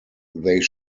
they